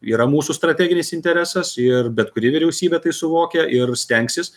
yra mūsų strateginis interesas ir bet kuri vyriausybė tai suvokia ir stengsis